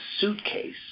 suitcase